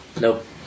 Nope